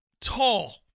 tall